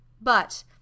But